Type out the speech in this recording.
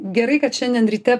gerai kad šiandien ryte